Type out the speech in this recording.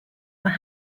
were